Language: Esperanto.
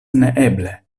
neeble